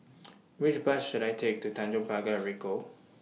Which Bus should I Take to Tanjong Pagar Ricoh